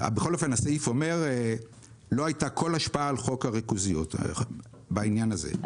הסעיף אומר שלא הייתה כל השפעה על חוק הריכוזיות בעניין הזה,